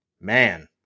man